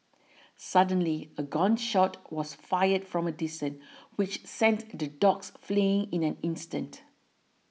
suddenly a gun shot was fired from a distance which sent the dogs fleeing in an instant